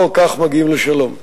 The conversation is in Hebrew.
לא כך מגיעים לשלום.